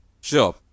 Sure